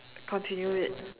continue it